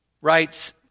writes